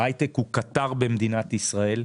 ההייטק הוא קטר במדינת ישראל.